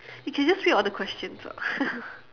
you can just read all the questions [what]